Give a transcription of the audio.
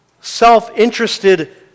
self-interested